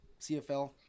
CFL